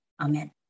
Amen